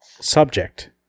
Subject